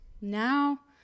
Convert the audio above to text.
now